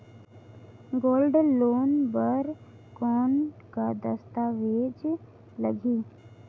Gold loan बर कौन का दस्तावेज लगही?